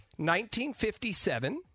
1957